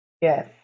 Yes